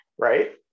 Right